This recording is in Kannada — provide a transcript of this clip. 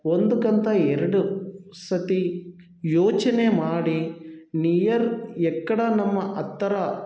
ಒಂದು ಕಂತ ಎರಡು ಸರ್ತಿ ಯೋಚನೆ ಮಾಡಿ ನಿಯರ್ ಎಕ್ಕಡ ನಮ್ಮ ಹತ್ತರ